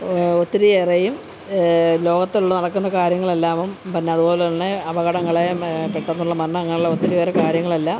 ഒത്തിരിയേറയും ലോകത്ത് നടക്കുന്ന കാര്യങ്ങളെല്ലാവും പിന്നത് പോലുള്ള അപകടങ്ങളെയും പെട്ടന്നുള്ള മരണങ്ങളൊത്തിരി പേരുടെ കാര്യങ്ങളെല്ലാം